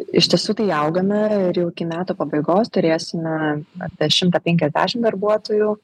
iš tiesų tai augame ir jau iki metų pabaigos turėsime apie šimtą penkiasdešimt darbuotojų